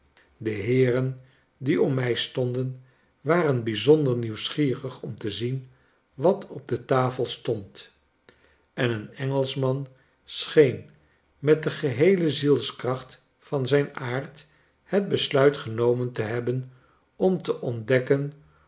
de heeren die om mij stonden waren bijzonder nieuwsgierig om te zien wat op de tafe stond en een engelschman scheen met de geheeie zielskracht van zun aard het besluit genomen te hebben om te ontdekken